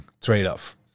trade-off